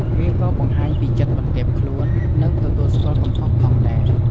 វាក៏បង្ហាញពីចិត្តបន្ទាបខ្លួន និងទទួលស្គាល់កំហុសផងដែរ។